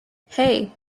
hey